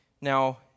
Now